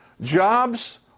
Jobs